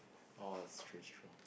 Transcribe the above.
oh it's true it's true